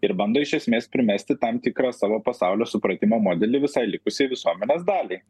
ir bando iš esmės primesti tam tikrą savo pasaulio supratimo modelį visai likusiai visuomenės daliai